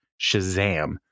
Shazam